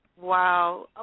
wow